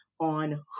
on